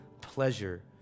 pleasure